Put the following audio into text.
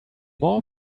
more